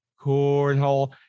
cornhole